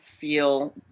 feel